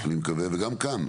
וגם כאן,